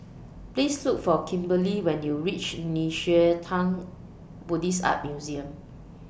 Please Look For Kimberely when YOU REACH Nei Xue Tang Buddhist Art Museum